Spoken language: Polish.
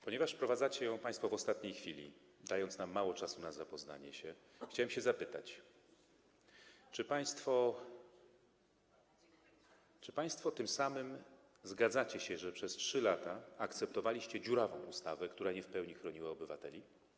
Ponieważ wprowadzacie ją państwo w ostatniej chwili, dając nam mało czasu na zapoznanie się, chciałbym się zapytać, czy państwo tym samym zgadzacie się, że przez 3 lata akceptowaliście dziurawą ustawę, która nie w pełni chroniła obywateli.